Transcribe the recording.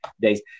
days